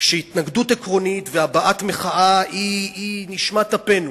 שהתנגדות עקרונית והבעת מחאה היא נשמת אפנו,